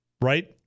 right